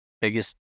biggest